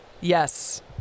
Yes